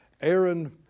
Aaron